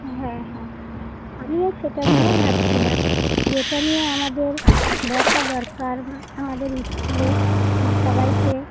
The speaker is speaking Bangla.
হ্যাঁ হ্যাঁ আমিও সেটা নিয়ে ভাবছিলাম যে এটা নিয়ে আমাদের বসা দরকার আমাদের স্কুলে সবাইকে